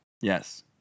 Yes